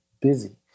busy